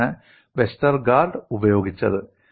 അതാണ് വെസ്റ്റർഗാർഡ് ഉപയോഗിച്ചത്